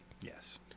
Yes